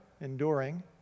enduring